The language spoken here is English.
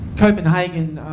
copenhagen